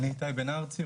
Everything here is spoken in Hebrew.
אני איתי בן ארצי,